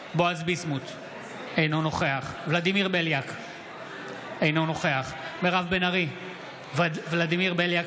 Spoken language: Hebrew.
אינו נוכח בועז ביסמוט, אינו נוכח ולדימיר בליאק,